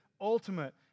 ultimate